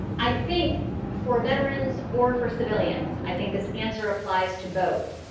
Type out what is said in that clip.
i think for veterans or for civilians, i think this answer applies to both.